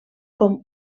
com